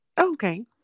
Okay